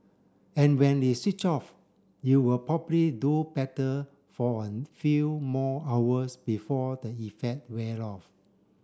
and when is switch off you will probably do better for a few more hours before the effect wear off